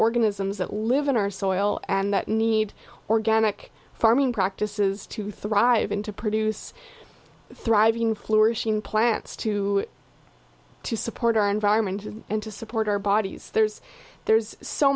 organisms that live in our soil and that need organic farming practices to thrive in to produce thriving flourishing plants to to support our environment and to support our bodies there's there's so